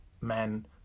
men